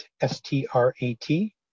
S-T-R-A-T